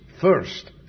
first